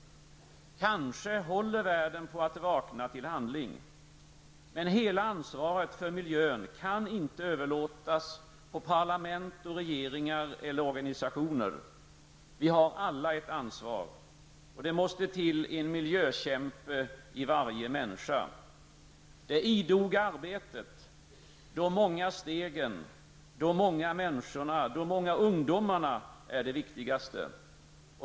Kanske håller världen på att vakna till handling. Men hela ansvaret för miljön kan inte överlåtas på parlament och regeringar eller organisationer. Vi har alla ett ansvar. Det måste till en miljökämpe i varje människa. Det idoga arbetet, de många stegen, de många människorna -- de många ungdomarna -- är det viktigaste.